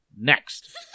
next